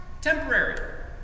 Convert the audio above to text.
Temporary